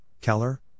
Keller